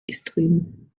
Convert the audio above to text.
istrien